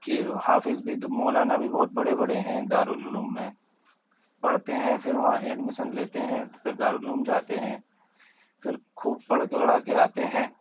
کہ حافظ بھی مولانا بھی بہت بڑے بڑے ہیں دار العلوم میں پڑھتے ہیں پھر وہاں ایڈمیشن لیتے ہیں پھر دار العلوم جاتے ہیں پھر خوب پڑھ کے وڑھا کے آتے ہیں